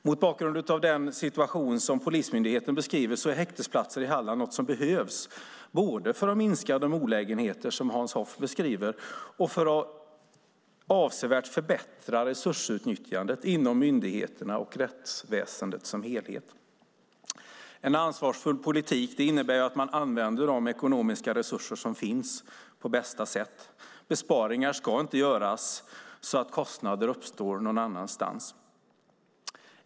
Mot bakgrund av den situation som polismyndigheten beskriver är häktesplatser i Halland något som behövs, både för att minska de olägenheter som Hans Hoff beskriver och för att avsevärt förbättra resursutnyttjandet inom myndigheterna och rättsväsendet som helhet. En ansvarsfull politik innebär att man använder de ekonomiska resurser som finns på bästa sätt. Besparingar ska inte göras så att kostnader uppstår någon annanstans.